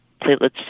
platelets